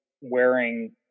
wearing